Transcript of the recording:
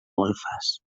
golfes